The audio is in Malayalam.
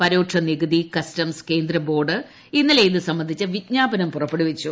പരോക്ഷ നിക്കുതി കസ്റ്റംസ് കേന്ദ്ര ബോർഡ് ഇന്നലെ ഇതു സംബന്ധിച്ച വിജ്ഞ് പ്പെടുവിച്ചു